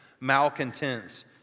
malcontents